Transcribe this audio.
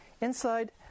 inside